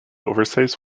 oversize